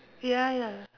ya ya